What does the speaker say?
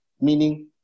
meaning